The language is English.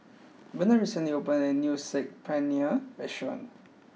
Benard recently opened a new Saag Paneer restaurant